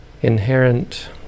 inherent